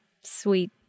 sweet